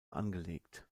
angelegt